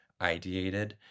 ideated